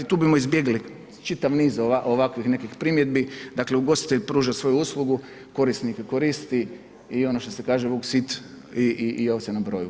Tu bi izbjegli čitav niz ovakvih primjedbi, dakle, ugostitelj pruža svoju uslugu, korisnik ju koristi i ono što se kaže vuk sit i ovce na broju.